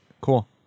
cool